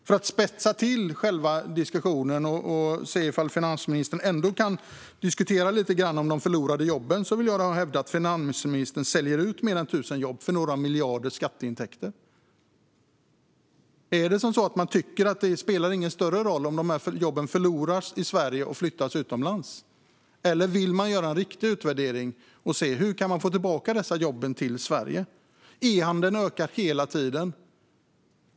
För att spetsa till diskussionen och se om finansministern ändå kan diskutera de förlorade jobben vill jag hävda att finansministern säljer ut mer än tusen jobb för några miljarder i skatteintäkter. Tycker man att det inte spelar någon större roll om dessa jobb går förlorade i Sverige och flyttas utomlands? Eller vill man göra en riktig utvärdering och se hur vi kan få tillbaka dessa jobb till Sverige? E-handeln ökar hela tiden.